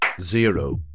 zero